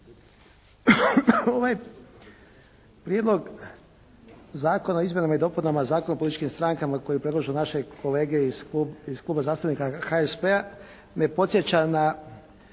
Ovaj Prijedlog zakona o izmjenama i dopunama Zakona o političkim strankama koje predlažu naše kolege iz Kluba zastupnika HSP-a me podsjeća na